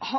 ha